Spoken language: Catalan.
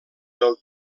del